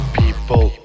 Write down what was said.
people